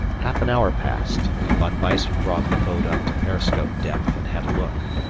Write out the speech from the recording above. half an hour passed and von weissman brought the boat up to periscope depth and had a look.